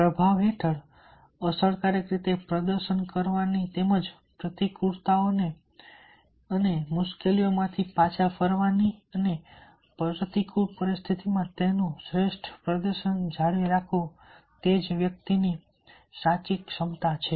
પ્રભાવ હેઠળ અસરકારક રીતે પ્રદર્શન કરવાની તેમજ પ્રતિકૂળતાઓ અને મુશ્કેલીઓમાંથી પાછા ફરવાની અને પ્રતિકૂળ પરિસ્થિતિઓમાં તેનું શ્રેષ્ઠ પ્રદર્શન જાળવી રાખવું તે વ્યક્તિની ક્ષમતા છે